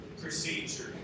procedure